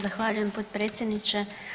Zahvaljujem potpredsjedniče.